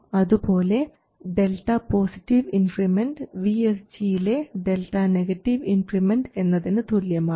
അതുപോലെ VGS ലെ Δ positive increment VSG ലെ Δ നെഗറ്റീവ് ഇൻക്രിമെൻറ് എന്നതിന് തുല്യമാണ്